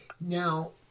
Now